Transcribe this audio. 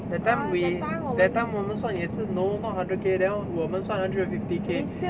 that time we that time remember 我们算也是 no not hundred K that [one] 我们算 hundred and fifty K